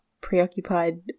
preoccupied